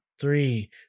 three